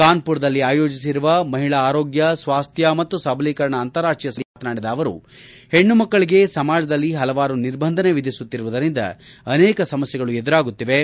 ಕಾನ್ಪುರದಲ್ಲಿ ಆಯೋಜಿಸಿರುವ ಮಹಿಳಾ ಆರೋಗ್ಯ ಸ್ವಾಸ್ಥ್ಯ ಮತ್ತು ಸಬಲೀಕರಣ ಅಂತಾರಾಷ್ಟೀಯ ಸಮ್ಮೇಳನದಲ್ಲಿ ಮಾತನಾಡಿದ ಅವರು ಹೆಣ್ಣು ಮಕ್ಕಳಿಗೆ ಸಮಾಜದಲ್ಲಿ ಹಲವಾರು ನಿರ್ಬಂಧನೆ ವಿಧಿಸುತ್ತಿರುವುದರಿಂದ ಅನೇಕ ಸಮಸ್ಯೆಗಳು ಎದುರಾಗುತ್ತಿವೆ